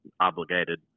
obligated